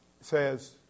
says